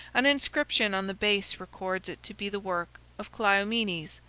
an inscription on the base records it to be the work of cleomenes,